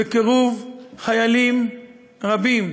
בקירוב חיילים רבים